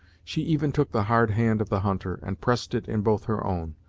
she even took the hard hand of the hunter, and pressed it in both her own,